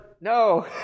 no